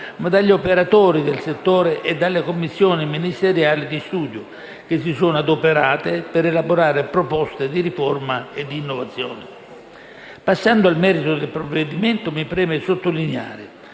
dagli operatori del settore e dalle commissioni ministeriali di studio che si sono adoperate per elaborare proposte di riforma e innovazione. Passando al merito del provvedimento, mi preme sottolineare